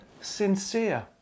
Sincere